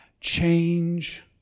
Change